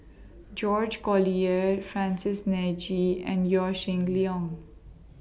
George Collyer Francis NE G and Yaw Shin Leong